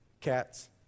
cats